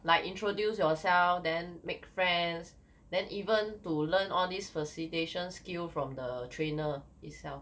like introduce yourself then make friends then even to learn all these facilitation skill from the trainer itself